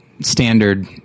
standard